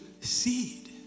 seed